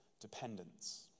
dependence